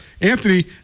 Anthony